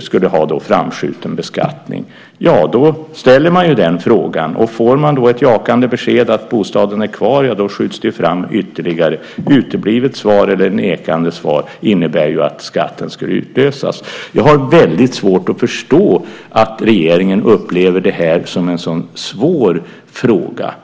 ska ha framskjuten beskattning ställs den frågan. Blir det ett jakande besked att bostaden är kvar skjuts skatten fram ytterligare. Uteblivet eller nekande svar innebär att skatten ska utlösas. Jag har svårt att förstå att regeringen upplever detta som en så svår fråga.